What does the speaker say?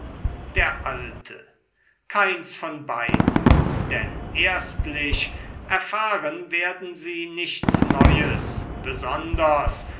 der alte keins von beiden denn erstlich erfahren werden sie nichts neues besonders